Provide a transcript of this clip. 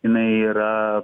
jinai yra